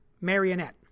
marionette